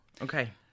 Okay